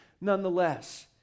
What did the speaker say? nonetheless